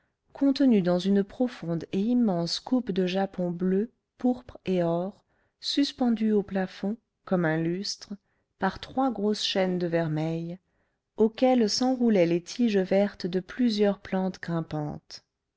contenues dans une profonde et immense coupe de japon bleue pourpre et or suspendue au plafond comme un lustre par trois grosses chaînes de vermeil auxquelles s'enroulaient les tiges vertes de plusieurs plantes grimpantes